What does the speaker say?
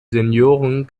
senioren